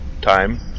time